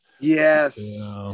yes